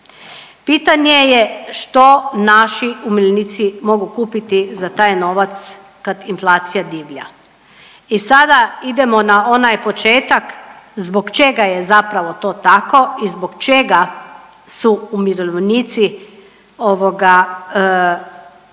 Pitanje je što naši umirovljenici mogu kupiti za taj novac kad inflacija divlja. I sada idemo na onaj početak zbog čega je zapravo to tako i zbog čega su umirovljenici ovoga